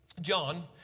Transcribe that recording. John